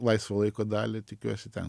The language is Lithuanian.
laisvo laiko dalį tikiuosi ten